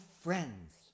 friends